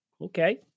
Okay